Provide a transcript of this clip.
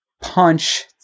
punch